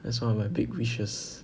that's one of my big wishes